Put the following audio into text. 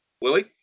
Willie